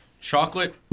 chocolate